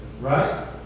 right